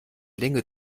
länge